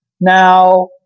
Now